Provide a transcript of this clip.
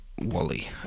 Wally